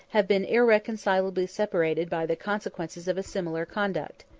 have been irreconcilably separated by the consequences of a similar conduct.